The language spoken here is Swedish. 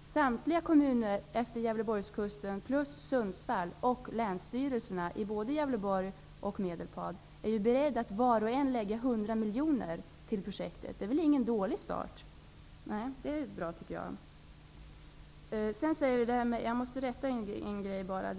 Samtliga kommuner efter Gävleborgskusten plus Sundsvall och länstyrelserna i både Gävleborg och Medelpad är beredda att var för sig lägga 100 miljoner kronor till projektet. Det är väl ingen dålig start. Jag ser att kommunikationsministern nickar. Det är bra. Jag måste rätta en sak.